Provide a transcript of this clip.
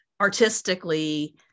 artistically